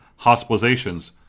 hospitalizations